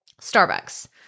Starbucks